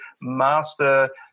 master